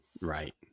Right